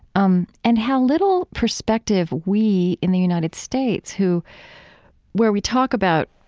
um, and how little perspective we, in the united states, who where we talk about